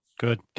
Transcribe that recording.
good